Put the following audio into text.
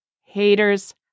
Haters